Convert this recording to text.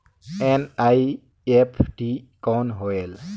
NEFT कौन होएल?